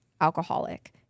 alcoholic